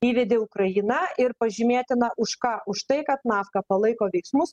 įvedė ukraina ir pažymėtina už ką už tai kad nafka palaiko veiksmus